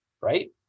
right